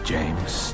James